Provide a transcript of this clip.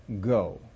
go